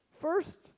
First